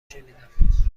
شنیدم